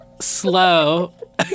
slow